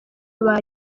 aba